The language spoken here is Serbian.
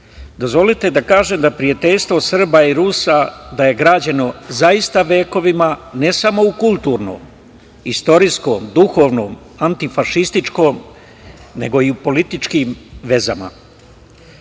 Dozvolite da kažem da je prijateljstvo Srba i Rusa građeno zaista vekovima, ne samo u kulturnom, istorijskom, duhovnom, antifašističkom, nego i u političkim vezama. Rusi